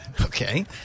Okay